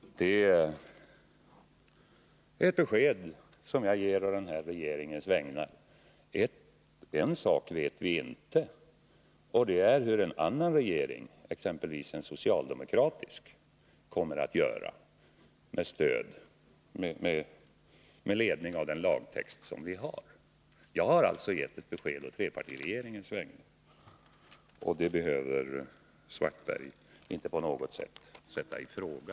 Det är alltså ett besked jag ger å den nuvarande regeringens vägnar. Men en sak vet vi inte, och det är hur en annan regering, exempelvis en socialdemokratisk, kommer att göra med ledning av den lagtext vi har. Jag har gett ett besked å trepartiregeringens vägnar, och det beskedet behöver Karl-Erik Svartberg inte på något sätt sätta i fråga.